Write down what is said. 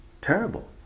terrible